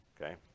okay